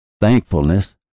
thankfulness